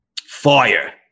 Fire